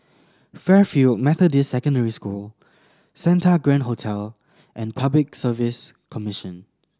Fairfield Methodist Secondary School Santa Grand Hotel and Public Service Commission